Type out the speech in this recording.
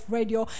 Radio